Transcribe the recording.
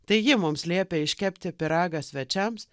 tai ji mums liepia iškepti pyragą svečiams